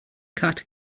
cat